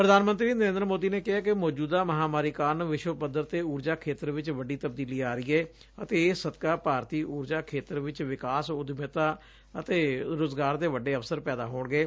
ਪ੍ਰਧਾਨ ਮੰਤਰੀ ਨਰੇਂਦਰ ਮੋਦੀ ਨੇ ਕਿਹੈ ਕਿ ਮੌਜੁਦਾ ਮਹਾਂਮਾਰੀ ਕਾਰਨ ਵਿਸ਼ਵ ਪੱਧਰ ਤੇ ਊਰਜਾ ਖੇਤਰ ਵਿਚ ਵੱਡੀ ਤਬਦੀਲੀ ਆ ਰਹੀ ਏ ਅਤੇ ਇਸ ਸਦਕਾ ਭਾਰਤੀ ਊਰਜਾ ਖੇਤਰ ਵਿਚ ਵਿਕਾਸ ਉੱਦਮਤਾ ਅਤੇ ਰੁਜ਼ਗਾਰ ਦੇ ਵੱਡੇ ਅਵਸਰ ਪੈਦਾ ਹੋਣਗੇ